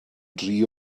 dri